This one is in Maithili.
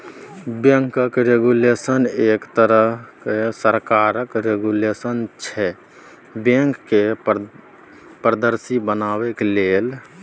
बैंकक रेगुलेशन एक तरहक सरकारक रेगुलेशन छै बैंक केँ पारदर्शी बनेबाक लेल